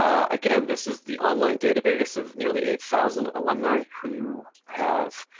um again, this is the online database of nearly eight thousand alumni who have